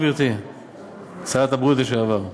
גברתי שרת הבריאות שלעבר?